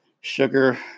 sugar